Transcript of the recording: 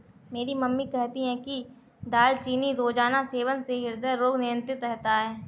मेरी मम्मी कहती है कि दालचीनी रोजाना सेवन से हृदय रोग नियंत्रित रहता है